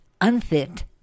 unfit